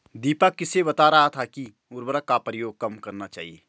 दीपक किसे बता रहा था कि उर्वरक का प्रयोग कम करना चाहिए?